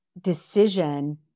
decision